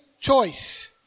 choice